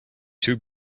two